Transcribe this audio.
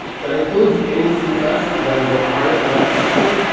that includes any css that is required for that section.